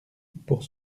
pour